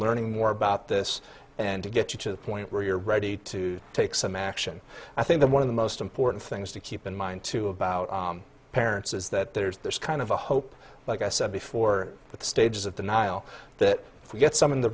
learning more about this and to get you to the point where you're ready to take some action i think that one of the most important things to keep in mind too about parents is that there's there's kind of a hope like i said before that stages of denial that we get some